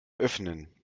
öffnen